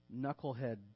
knucklehead